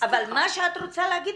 אבל את מה שאת רוצה להגיד,